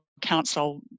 council